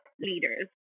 leaders